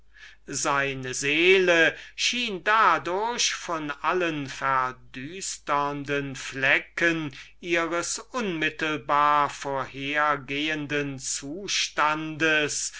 seine seele schien dadurch wie von allen verdüsternden flecken seines unmittelbar vorhergehenden zustandes